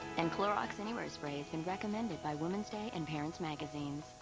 and clorox anywhere spray has been recommended by woman's day and parents magazines.